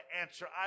answer